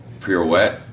pirouette